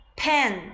pen